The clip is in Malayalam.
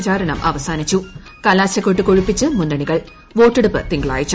പ്രചാരണം അവസാനിച്ചു കലാശക്കൊട്ട് കൊഴുപ്പിച്ച് മുന്നണികൾ വോട്ടെടുപ്പ് തിങ്കളാഴ്ച്ച